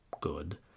good